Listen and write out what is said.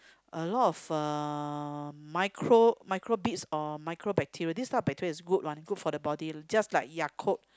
a lot of uh micro microbeads or microbacteria this type of bacteria is good one good for the body just like Yakult